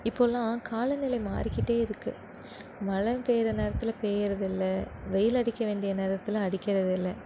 இப்போலாம் காலநிலை மாறிக்கிட்டே இருக்கு மழை பெய்யிர நேரத்தில் பெயிரதில்லை வெயில் அடிக்க வேண்டிய நேரத்தில் அடிக்கிறதில்லை